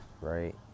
right